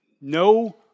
no